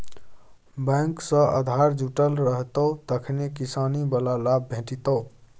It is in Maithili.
बैंक सँ आधार जुटल रहितौ तखने किसानी बला लाभ भेटितौ